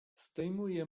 zdejmuje